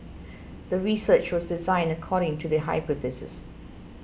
the research was designed according to the hypothesis